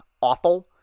awful